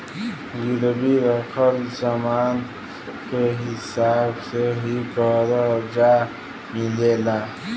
गिरवी रखल समान के हिसाब से ही करजा मिलेला